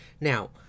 now